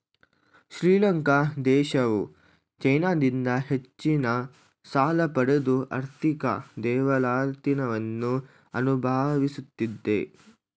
ಶ್ರೀಲಂಕಾ ದೇಶವು ಚೈನಾದಿಂದ ಹೆಚ್ಚಿನ ಸಾಲ ಪಡೆದು ಆರ್ಥಿಕ ದಿವಾಳಿತನವನ್ನು ಅನುಭವಿಸುತ್ತಿದೆ